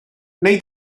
wnei